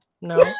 no